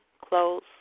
Close